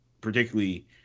particularly